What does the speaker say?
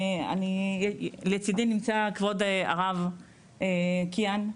לצדי נמצא כבוד הרב קיהן,